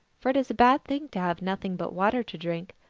for it is a bad thing to have nothing but water to drink,